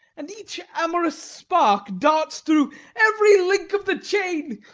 and each amorous spark darts through every link of the chain